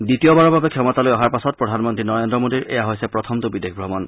দ্বিতীয়বাৰৰ বাবে ক্ষমতালৈ অহাৰ পাছত প্ৰধানমন্ত্ৰী নৰেদ্ৰ মোদীৰ এয়া হৈছে প্ৰথমতো বিদেশ ভ্ৰমণ